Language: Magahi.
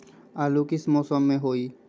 आलू किस मौसम में होई?